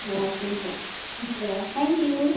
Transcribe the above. हवस् हुन्छ हुन्छ थ्याङ्क यू